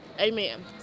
Amen